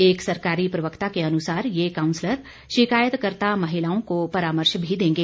एक सरकारी प्रवक्ता के अनुसार ये काउंसलर शिकायतकर्ता महिलाओं को परामर्श भी देंगे